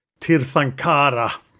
Tirthankara